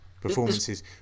performances